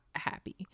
happy